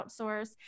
outsource